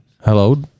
hello